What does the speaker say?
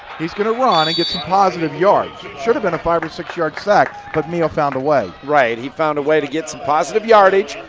he's going to run and get some positive yards. should have been a five or six yard sack but meehl found a way. right, he found a way to get some positive yardage,